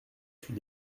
suis